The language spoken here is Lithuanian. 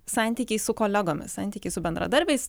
santykiai su kolegomis santykiai su bendradarbiais